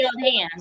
hands